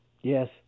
yes